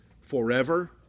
forever